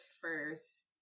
first